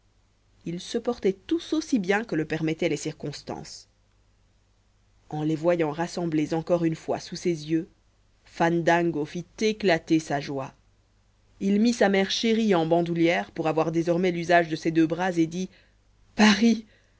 ils se portaient tous aussi bien que le permettaient les circonstances en les voyant rassemblés encore une fois sous ses yeux fandango fit éclater sa joie il mit sa mère chérie en bandoulière pour avoir désormais l'usage de ses deux bras et dit paris